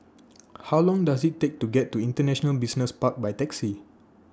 How Long Does IT Take to get to International Business Park By Taxi